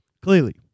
Clearly